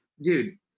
dude